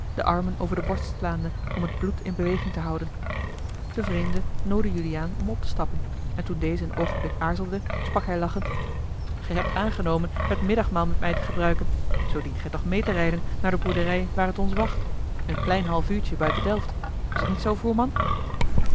de armen over de borst slaande om het bloed in beweging te houden de vreemde noodde juliaan om op te stappen en toen deze een oogenblik aarzelde sprak hij lachend gij hebt aangenomen het middagmaal met mij te gebruiken zoo dient ge toch meê te rijden naar de boerderij waar het ons wacht een klein half uurtje buiten delft is t niet zoo voerman